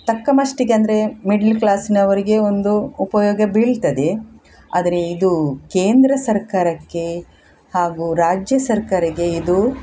ತಕ್ಕಮಟ್ಟಿಗ್ ಅಂದರೆ ಮಿಡ್ಲ್ ಕ್ಲಾಸ್ನವರಿಗೆ ಒಂದು ಉಪಯೋಗ ಬೀಳ್ತದೆ ಆದರೆ ಇದು ಕೇಂದ್ರ ಸರ್ಕಾರಕ್ಕೆ ಹಾಗೂ ರಾಜ್ಯ ಸರ್ಕಾರಕ್ಕೆ ಇದು